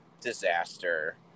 disaster